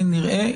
נראה,